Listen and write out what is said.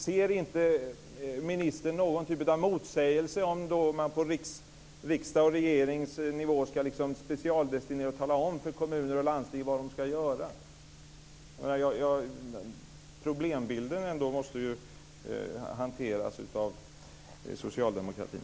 Ser inte ministern någon typ av motsägelse om riksdag och regering ska specialdestinera bidrag och tala om för kommuner och landsting vad de ska göra? Problembilden måste ju hanteras av socialdemokratin.